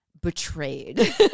betrayed